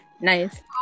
Nice